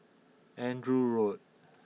Andrew Road